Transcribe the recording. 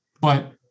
but-